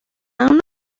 اون